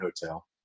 Hotel